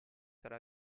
sarà